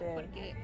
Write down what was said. porque